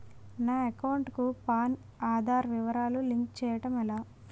నా అకౌంట్ కు పాన్, ఆధార్ వివరాలు లింక్ చేయటం ఎలా?